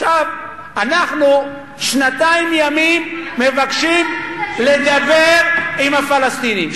אנחנו שנתיים ימים מבקשים לדבר עם הפלסטינים,